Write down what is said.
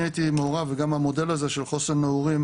אני הייתי מעורב וגם המודל הזה של חוסן נעורים,